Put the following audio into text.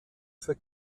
für